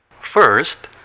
First